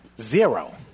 Zero